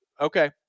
Okay